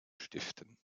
stiften